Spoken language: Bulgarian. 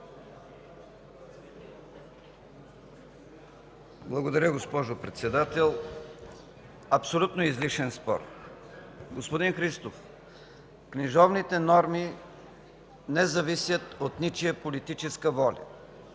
Благодаря, госпожо Председател. Абсолютно излишен спор. Господин Христов, книжовните норми не зависят от ничия политическа воля.